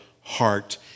heart